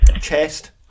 chest